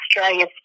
Australia